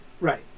Right